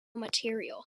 material